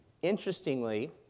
Interestingly